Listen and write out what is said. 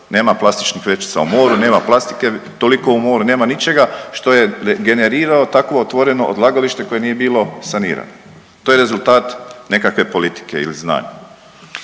Nema plastičnih vrećica u moru, nema plastike toliko u moru, nema ničega što je generiralo takvo otvoreno odlagalište koje nije bilo sanirano. To je rezultat nekakve politike ili znanja.